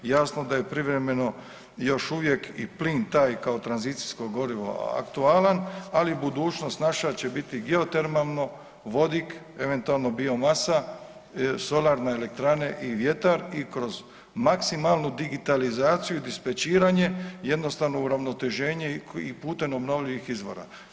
Jasno da je privremeno još uvijek i plin taj kao tranzicijsko gorivo aktualan, ali budućnost naša će biti geotermalno vodik, eventualno bio masa, solarne elektrane i vjetar i kroz maksimalnu digitalizaciju i dispečiranje jednostavno uravnoteženje i putem obnovljivih izvora.